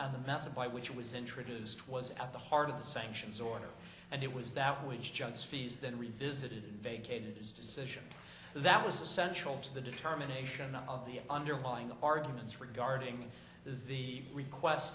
other method by which was introduced was at the heart of the sanctions order and it was that which jones fees then revisited vacated his decision that was essential to the determination of the underlying arguments regarding the request